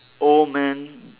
old man